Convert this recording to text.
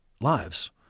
lives